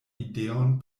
ideon